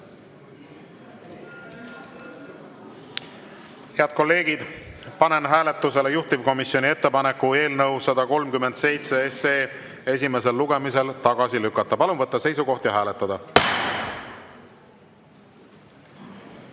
Head kolleegid, panen hääletusele juhtivkomisjoni ettepaneku eelnõu 137 esimesel lugemisel tagasi lükata. Palun võtta seisukoht ja hääletada!